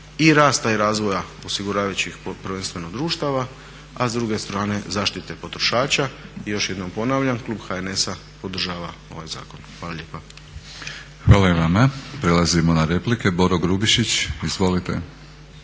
i rasta i razvoja osiguravajućih prvenstveno društava, a s druge strane zaštite potrošača. I još jednom ponavljam klub HNS-a podržava ovaj zakon. Hvala lijepa. **Batinić, Milorad (HNS)** Hvala i vama. Prelazimo na replike. Boro Grubišić. Izvolite.